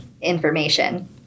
information